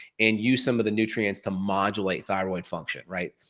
and use some of the nutrients to modulate thyroid function, right?